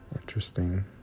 Interesting